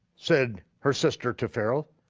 said her sister to pharaoh,